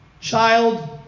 child